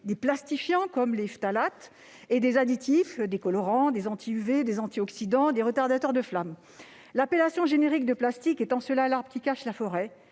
des plastifiants, comme les phtalates, et des additifs tels que colorants, anti-UV, antioxydants ou retardateurs de flamme. L'appellation générique de « plastique » est en cela l'arbre qui cache la forêt